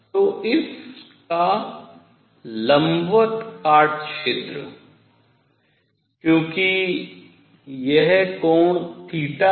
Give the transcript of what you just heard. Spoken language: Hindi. तो इसका लंबवत काट क्षेत्र क्योंकि यह कोण थीटा है